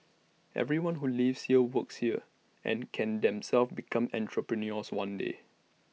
everyone who lives here works here and can themselves become entrepreneurs one day